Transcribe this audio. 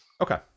Okay